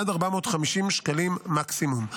עד 450 ש"ח מקסימום.